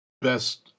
best